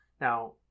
Now